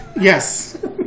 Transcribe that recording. Yes